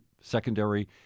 secondary